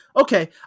Okay